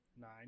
Nine